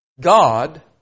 God